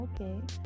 Okay